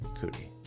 Cootie